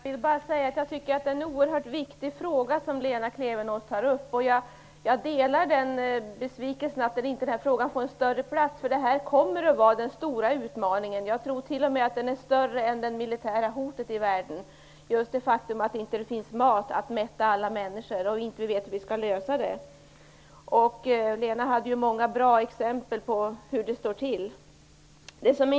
Fru talman! Lena Klevenås tar upp en oerhört viktig fråga. Jag är också besviken över att frågan inte får mera plats. Det här kommer nämligen att bli den stora utmaningen. Jag tror att denna utmaning är större t.o.m. än det militära hotet i världen. Det finns ju inte tillräckligt mat för att mätta alla människor. Dessutom vet vi inte hur detta skall lösas. Lena Klevenås gav många bra exempel på hur det står till.